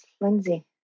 Lindsay